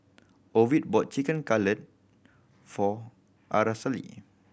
Ovid bought Chicken Cutlet for Aracely